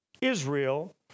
Israel